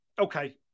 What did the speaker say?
okay